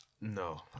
no